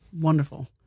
Wonderful